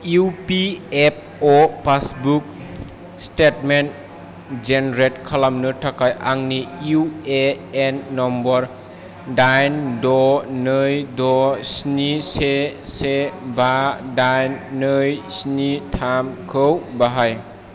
EPFO passbook statement generate खालामनो थाखाय आंनि इउएएन नम्बर दाइन द' लै द' स्नि से से बा दाइन नै स्नि थाम खौ बाहाय